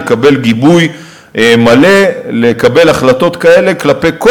יקבל גיבוי מלא לקבל החלטות כאלה כלפי כל